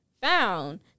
found